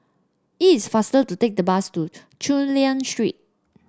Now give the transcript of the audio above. is faster to take the bus to Chulia Street